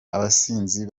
abasinzi